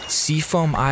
seafoam